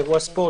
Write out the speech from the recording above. אירוע ספורט,